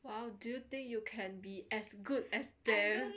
!wow! do you think you can be as good as them